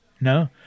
No